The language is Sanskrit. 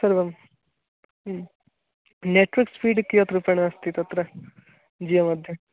सर्वं नेट्वर्क् स्पीड् कियद्रूपेण अस्ति तत्र जियोमध्ये